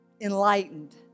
enlightened